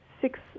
six